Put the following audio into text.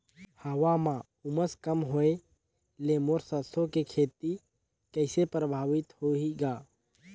हवा म उमस कम होए ले मोर सरसो के खेती कइसे प्रभावित होही ग?